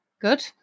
good